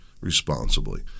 responsibly